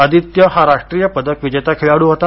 आदित्य हा राष्ट्रीय पदक विजेता खेळाडू होता